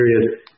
period